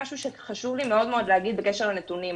משהו שחשוב לי מאוד להגיד בקשר לנתונים.